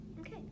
Okay